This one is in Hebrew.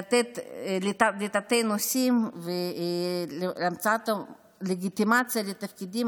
לתתי-נושאים והמצאת הלגיטימציה לתפקידים